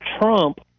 Trump